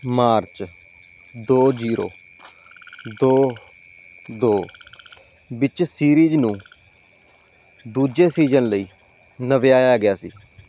March ਦੋ zero ਦੋ ਦੋ ਵਿੱਚ ਸੀਰੀਜ਼ ਨੂੰ ਦੂਜੇ ਸੀਜ਼ਨ ਲਈ ਨਵਿਆਇਆ ਗਿਆ ਸੀ